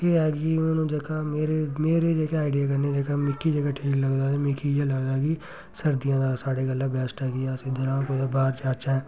एह् ऐ कि हून जेह्का मेरे मेरे जेह्के आइडिये कन्नै जेह्का मिगी जेह्का ठीक लगदा मिगी इ'यै लगदा कि सर्दिये दा सारें कोलां बैस्ट ऐ कि अस कुदै बाह्र जाचै